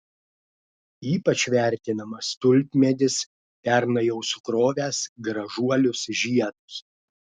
ypač vertinamas tulpmedis pernai jau sukrovęs gražuolius žiedus